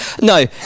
No